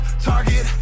target